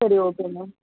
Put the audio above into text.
சரி okay ma'am